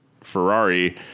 Ferrari